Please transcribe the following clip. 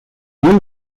you